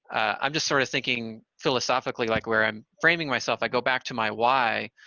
i'm just sort of thinking philosophically like where i'm framing myself, i go back to my why.